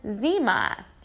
Zima